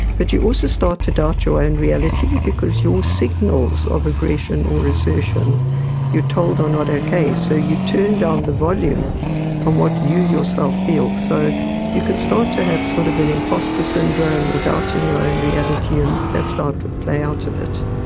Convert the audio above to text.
but you also start to doubt your own reality, because your signals of aggression or assertion you're told are not okay, so you turn down the volume on what you yourself feel. so you can start to have sort of an imposter syndrome or doubting your own reality and that's how it would play out a bit.